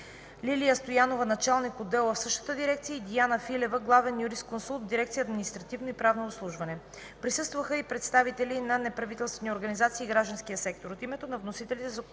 Лилия Стоянова – началник на отдел в същата дирекция, и Диана Филева – главен юрисконсулт в дирекция „Административно и правно обслужване”. Присъстваха и представители на неправителствени организации и гражданския сектор.